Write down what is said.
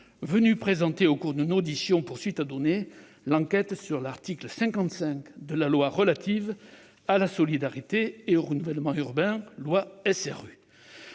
venus présenter, au cours d'une audition pour suite à donner, l'enquête sur l'article 55 de la loi relative à la solidarité et au renouvellement urbains, la loi SRU.